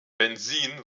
benzin